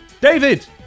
David